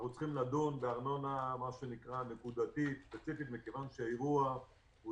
אנחנו צריכים לדון בארנונה נקודתית ספציפית מכיוון שהאירוע לא